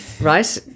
right